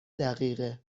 دقیقه